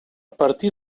partir